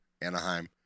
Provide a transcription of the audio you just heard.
Anaheim